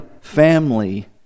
family